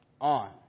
on